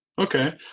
Okay